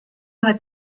had